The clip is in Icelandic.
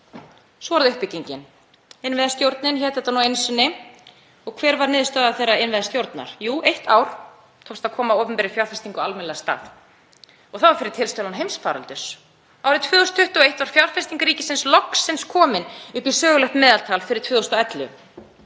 Svo er það uppbyggingin. Innviðastjórnin hét þetta nú einu sinni og hver varð niðurstaða þeirrar innviðastjórnar? Jú, eitt ár, það tókst að koma opinberri fjárfestingu almennilega af stað og það var fyrir tilstuðlan heimsfaraldurs. Árið 2021 var fjárfesting ríkisins loksins komin upp í sögulegt meðaltal fyrir 2011